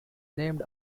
named